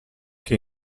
che